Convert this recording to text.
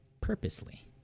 purposely